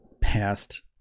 past